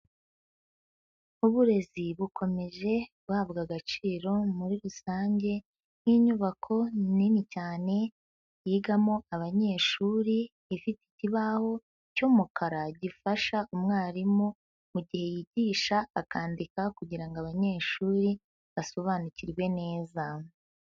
Uburezi bukomeje guhabwa agaciro muri rusange nk'inyubako nini cyane, yigamo abanyeshuri ifite ikibaho cy'umukara gifasha umwarimu mu gihe yigisha, akandika kugira ngo abanyeshuri basobanukirwe neza.